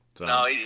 No